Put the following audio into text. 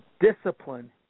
Discipline